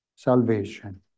Salvation